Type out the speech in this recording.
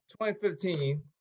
2015